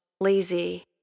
lazy